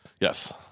Yes